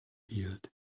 healed